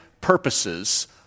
purposes